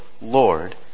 Lord